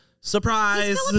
Surprise